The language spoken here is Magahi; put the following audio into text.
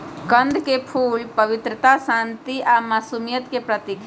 कंद के फूल पवित्रता, शांति आ मासुमियत के प्रतीक हई